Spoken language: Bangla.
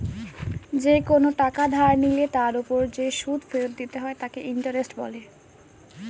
কোনো টাকা ধার নিলে তার উপর যে সুদ ফেরত দিতে হয় তাকে ইন্টারেস্ট বলে